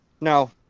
No